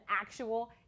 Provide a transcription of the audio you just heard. actual